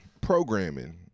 programming